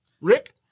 Rick